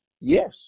yes